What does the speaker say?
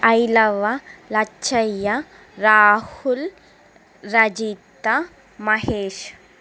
Ailavva Lachchayya Rahul Rajitha Mahesh